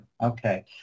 Okay